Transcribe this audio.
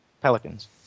Pelicans